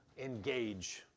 engage